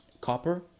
copper